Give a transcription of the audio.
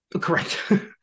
Correct